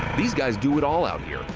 these guys do it all out here,